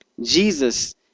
jesus